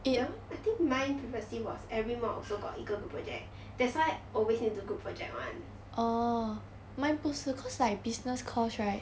I think mine previously was every mod also got 一个 group project that's why always need do group project [one]